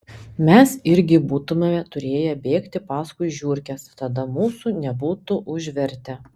mes irgi būtumėme turėję bėgti paskui žiurkes tada mūsų nebūtų užvertę